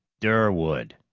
durwood!